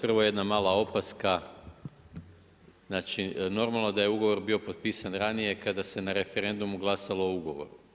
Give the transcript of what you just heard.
Prvo jedna mala opaska, znači normalno da je ugovor bio potpisan ranije kada se na referendumu glasalo o ugovoru.